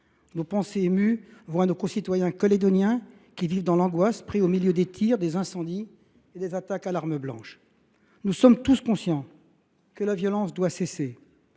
Nos pensées émues vont à nos concitoyens calédoniens qui vivent dans l’angoisse, pris qu’ils sont au milieu des tirs, des incendies et des attaques à l’arme blanche. Nous sommes tous conscients que la violence doit cesser.